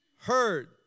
heard